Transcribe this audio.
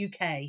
UK